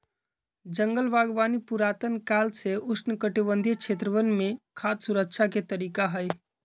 जंगल बागवानी पुरातन काल से उष्णकटिबंधीय क्षेत्रवन में खाद्य सुरक्षा के तरीका हई